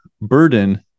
burden